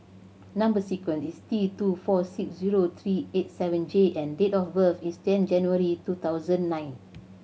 number sequence is T two four six zero three eight seven J and date of birth is ten January two thousand nine